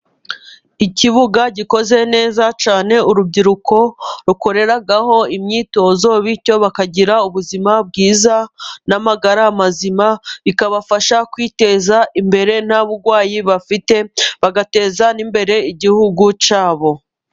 Ikibuga gikoze neza cyane, urubyiruko rukoreraho imyitozo, bityo bakagira ubuzima bwiza n'amagara mazima, bikabafasha kwiteza imbere nta burwayi bafite, bagateza n'imbere igihugu cyabo.